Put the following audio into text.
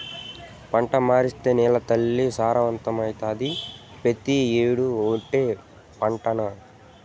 పంట మార్సేత్తే నేలతల్లి సారవంతమైతాది, పెతీ ఏడూ ఓటే పంటనా